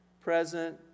present